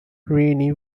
rennie